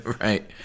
Right